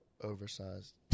oversized